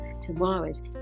tomorrow's